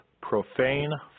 profane